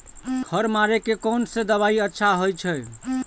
खर मारे के कोन से दवाई अच्छा होय छे?